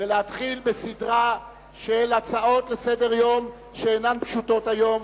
ולהתחיל בסדרה של הצעות לסדר-היום שאינן פשוטות היום,